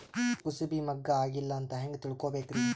ಕೂಸಬಿ ಮುಗ್ಗ ಆಗಿಲ್ಲಾ ಅಂತ ಹೆಂಗ್ ತಿಳಕೋಬೇಕ್ರಿ?